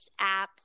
apps